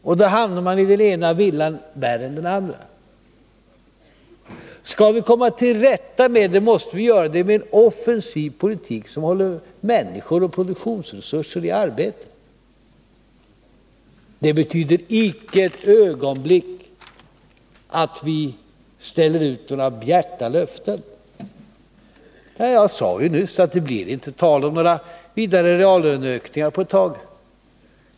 Och då hamnar man i den ena villan värre än den andra. Skall vi komma till rätta med detta måste vi göra det med en offensiv politik, som håller människor och produktionsresurser i arbete. Det betyder icke ett ögonblick att vi ställer ut några bjärta löften. Jag sade nyss att det inte blir tal om några vidare reallöneökningar på ett tag.